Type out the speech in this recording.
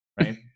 right